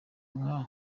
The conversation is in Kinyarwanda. nka